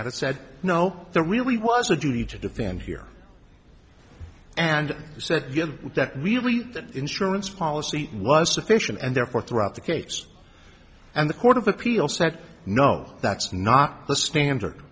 at it said no there really was a duty to defend here and said that we that insurance policy was sufficient and therefore threw out the case and the court of appeal said no that's not the standard